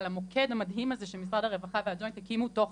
למוקד המדהים הזה שמשרד הרווחה והג'וינט הקימו תוך